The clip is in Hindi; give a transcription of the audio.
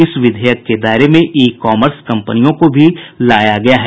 इस विधेयक के दायरे में ई कॉमर्स कम्पनियों को भी लाया गया है